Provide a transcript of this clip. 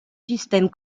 système